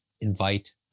invite